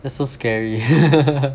that's so scary